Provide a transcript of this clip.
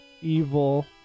evil